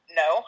no